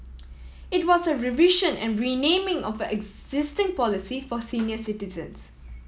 it was a revision and renaming of existing policy for senior citizens